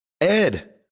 Ed